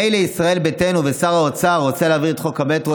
מילא ישראל ביתנו ושר האוצר רוצים להעביר את חוק המטרו,